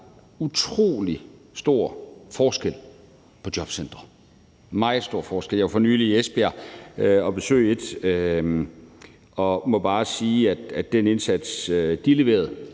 utrolig stor forskel på jobcentre. Der er meget stor forskel. Jeg var for nylig i Esbjerg og besøgte et jobcenter og må bare sige om den indsats, de leverede,